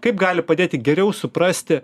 kaip gali padėti geriau suprasti